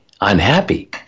unhappy